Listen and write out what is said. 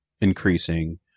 increasing